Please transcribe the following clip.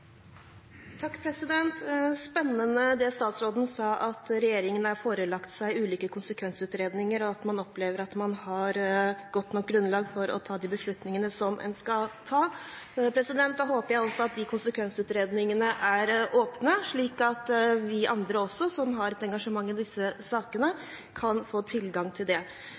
spennende det statsråden sier, at regjeringen har fått seg forelagt ulike konsekvensutredninger, og at man opplever at man har et godt nok grunnlag til å kunne ta de beslutningene som man skal ta. Jeg håper at disse konsekvensutredningene er åpne, slik at også vi andre som har et engasjement i disse sakene, kan få tilgang til